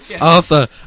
Arthur